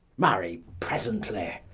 marry presently all.